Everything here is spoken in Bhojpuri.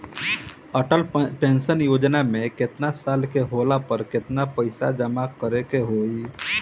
अटल पेंशन योजना मे केतना साल के होला पर केतना पईसा जमा करे के होई?